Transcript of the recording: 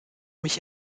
mich